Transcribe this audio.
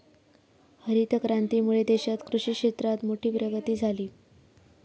हरीत क्रांतीमुळे देशात कृषि क्षेत्रात मोठी प्रगती झाली